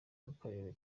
bw’akarere